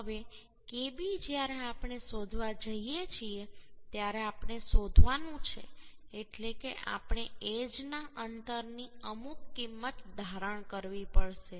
હવે Kb જ્યારે આપણે શોધવા જઈએ છીએ ત્યારે આપણે શોધવાનું છે એટલે કે આપણે એજના અંતરની અમુક કિંમત ધારણ કરવી પડશે